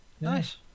Nice